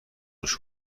گوش